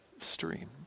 stream